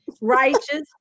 righteous